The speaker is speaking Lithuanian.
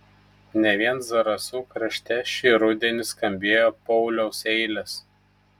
ne vien zarasų krašte šį rudenį skambėjo pauliaus eilės